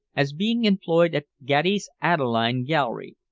as being employed at gatti's adelaide gallery,